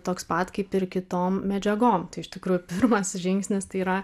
toks pat kaip ir kitom medžiagom tai iš tikrųjų pirmas žingsnis tai yra